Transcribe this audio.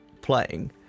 playing